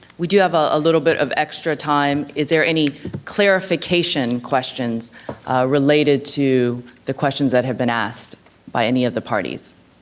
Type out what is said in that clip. we do have a little bit of extra time, is there any clarification questions related to the questions that have been asked by any of the parties?